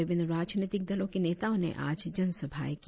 विभिन्न राजनीतिक दलों के नेताओ ने आज जनसभाएं की